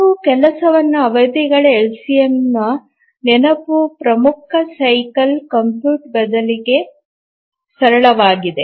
ನಾವು ಕೆಲಸವನ್ನು ಅವಧಿಗಳ LCMವು ನೆನಪು ಪ್ರಮುಖ ಸೈಕಲ್ ಕಂಪ್ಯೂಟ್ ಬದಲಿಗೆ ಸರಳವಾಗಿದೆ